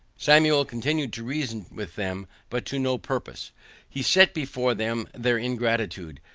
samuel continued to reason with them, but to no purpose he set before them their ingratitude,